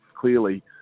Clearly